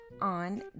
on